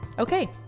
Okay